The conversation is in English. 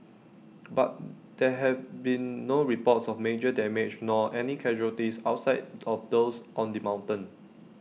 but there have been no reports of major damage nor any casualties outside of those on the mountain